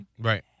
Right